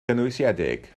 gynwysiedig